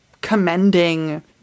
commending